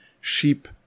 sheep